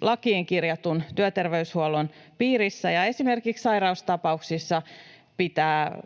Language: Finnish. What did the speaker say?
lakiin kirjatun työterveyshuollon piirissä, ja esimerkiksi sairaustapauksissa pitää